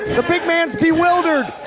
the big man's bewildered!